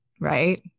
right